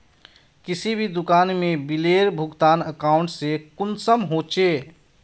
किसी भी दुकान में बिलेर भुगतान अकाउंट से कुंसम होचे?